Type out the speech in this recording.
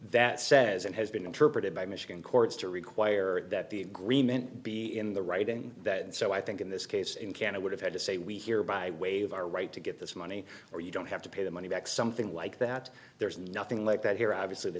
that says it has been interpreted by michigan courts to require that the agreement be in the writing that and so i think in this case in canada would have had to say we here by waive our right to get this money or you don't have to pay the money back something like that there is nothing like that here obviously the